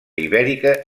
ibèrica